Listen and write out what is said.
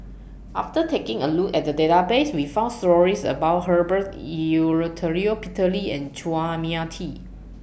after taking A Look At The Database We found stories about Herbert Eleuterio Peter Lee and Chua Mia Tee